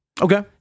Okay